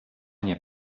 nie